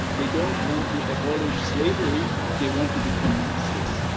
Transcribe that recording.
they don't want to abolish slavery. they want to become masters,